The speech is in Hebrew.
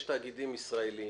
יש תאגידים ישראליים